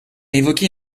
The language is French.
évoqué